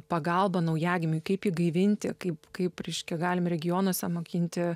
pagalba naujagimiui kaip gaivinti kaip kaip ryški galime regionuose mokinti